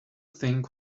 think